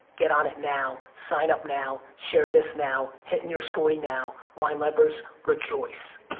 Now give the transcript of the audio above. get on it now. sign up now. share this now. hit in your story now. wine lovers, rejoice.